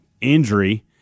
injury